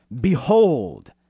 Behold